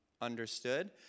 understood